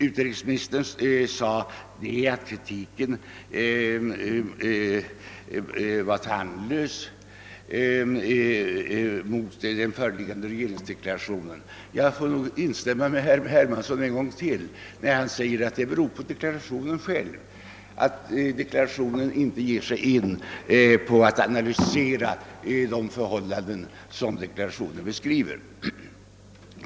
Utrikesministern sade att kritiken mot regeringsdeklarationen var tandlös, men jag får nog lov att instämma med herr Hermansson ännu en gång och framhålla att detta beror på regeringsdeklarationen själv, eftersom den inte innebär någon analys av de förhållanden som beskrivs.